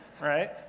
Right